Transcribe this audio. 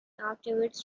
afterwards